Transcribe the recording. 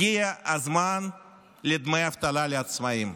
הגיע הזמן לדמי אבטלה לעצמאים.